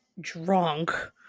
drunk